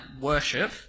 worship